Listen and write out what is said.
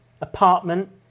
apartment